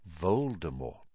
Voldemort